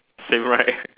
same right